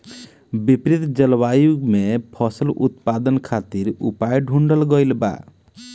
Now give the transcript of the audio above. विपरीत जलवायु में फसल उत्पादन खातिर उपाय ढूंढ़ल गइल बा